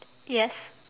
yes